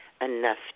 Enough